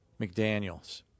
McDaniels